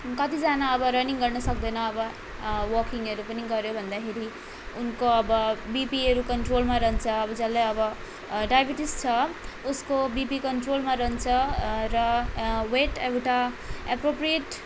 कतिजना अब रनिङ गर्न सक्दैन अब वकिङहरू पनि गर्यो भन्दाखेरि उनको अब बिपीहरू कन्ट्रोलमा रहन्छ अब जसलाई अब डाइबिटिस छ उसको बिपी कन्ट्रोलमा रहन्छ र वेट एउटा एप्रोप्रियट